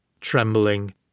trembling